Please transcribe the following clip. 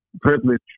privilege